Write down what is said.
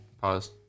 Pause